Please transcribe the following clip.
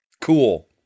Cool